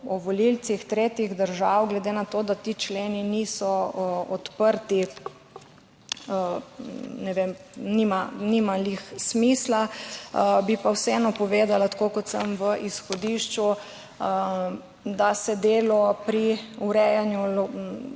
volivcih tretjih držav glede na to, da ti členi niso odprti, ne vem, nima ravno smisla. Bi pa vseeno povedala tako, kot sem v izhodišču, da se delo pri urejanju